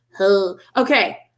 okay